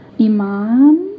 Iman